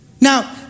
Now